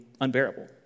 unbearable